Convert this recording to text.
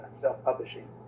self-publishing